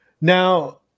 now